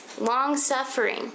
long-suffering